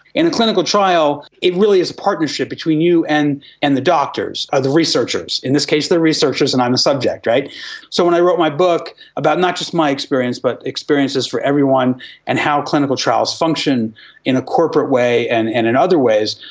in a clinical trial it really is partnership between you and and the doctors, ah the researchers, in this case the researchers and i'm the subject. so when i wrote my book about not just my experience but experiences for everyone and how clinical trials function in a corporate way and and in other ways,